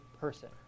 person